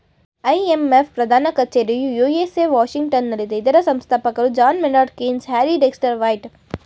IMF ಪ್ರಧಾನ ಕಚೇರಿಯು USA ವಾಷಿಂಗ್ಟನಲ್ಲಿದೆ ಇದರ ಸಂಸ್ಥಾಪಕರು John Maynard Keynes, Harry Dexter white